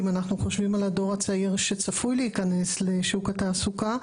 אם אנחנו חושבים על הדור הצעיר שצפוי להיכנס לשוק התעסוקה,